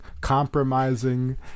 compromising